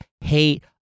hate